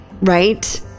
right